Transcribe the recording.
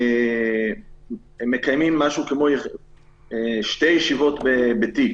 שהן מקיימות שתי ישיבות בתיק,